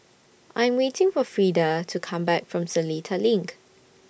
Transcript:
I'm waiting For Freeda to Come Back from Seletar LINK